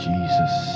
Jesus